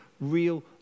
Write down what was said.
real